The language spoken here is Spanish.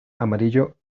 amarillo